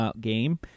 game